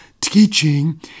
teaching